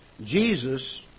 Jesus